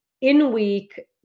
in-week